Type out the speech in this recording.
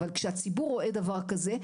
אבל כשהציבור רואה דבר כזה,